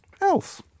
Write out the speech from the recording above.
else